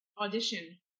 audition